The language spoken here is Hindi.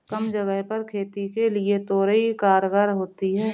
कम जगह पर खेती के लिए तोरई कारगर होती है